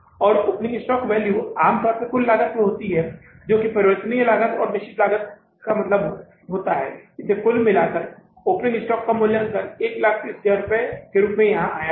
और opening stock value आम तौर पर कुल लागत पर होता है जो परिवर्तनीय लागत और निश्चित लागत का मतलब होता है इसे कुल मिलाकर और ओपनिंग स्टॉक का मूल्यांकन 130000 रुपये के रूप में यहाँ आया है